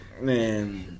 man